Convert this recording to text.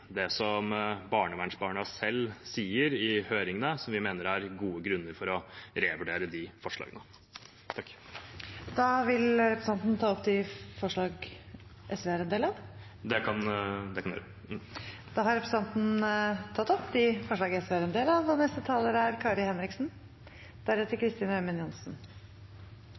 det som barnevernsbarna selv sier i høringene, så vi mener det er gode grunner til å revurdere de forslagene. Da tar jeg opp de forslagene SV er en del av. Representanten Freddy André Øvstegård har tatt opp de